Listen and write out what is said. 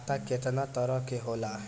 खाता केतना तरह के होला?